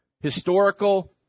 historical